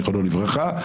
זכרונו לברכה.